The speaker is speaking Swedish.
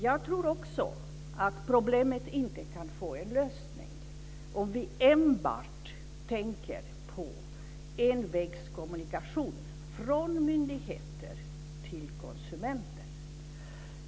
Jag tror vidare att problemet inte kan lösas om vi enbart går in för envägskommunikation från myndigheter till konsumenter.